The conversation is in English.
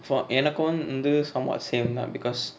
for எனக்கு வந்து:enaku vanthu somehow same தா:tha because